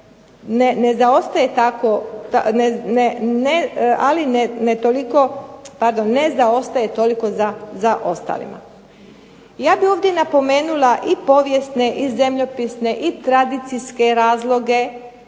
ne zaostaje toliko za ostalima. Ja bih ovdje napomenula i povijesne i zemljopisne i tradicijske razloge,